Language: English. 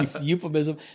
euphemism